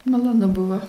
malonu buvo